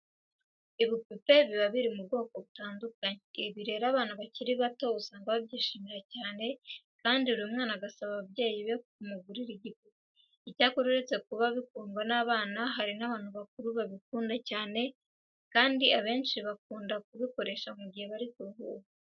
Ibipupe biba biri mu bwoko butandukanye. Ibi rero abana bakiri bato usanga babyishimira cyane kandi buri mwana agasaba ababyeyi be kumugurira igipupe. Icyakora uretse kuba bikundwa n'abana hari n'abantu bakuru babikunda cyane kandi abenshi bakunda kubikoresha mu gihe bari kuruhuka.